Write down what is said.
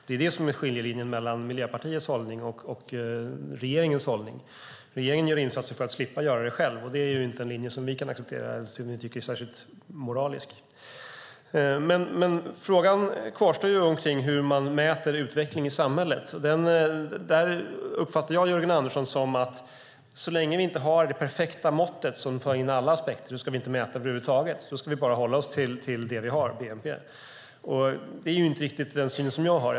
Det är det som är skiljelinjen mellan Miljöpartiets hållning och regeringens hållning. Regeringen gör insatser för att själv slippa göra dem här hemma. Det är inte en linje som vi kan acceptera eller som vi tycker är särskilt moralisk. Frågan kvarstår kring hur man mäter utveckling i samhället. Där tolkar jag Jörgen Andersson som att så länge vi inte har det perfekta måttet som täcker in alla aspekter ska vi inte mäta över huvud taget, utan då ska vi bara hålla oss till det vi har, nämligen bnp. Det är inte riktigt den syn som jag har.